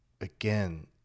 again